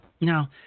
Now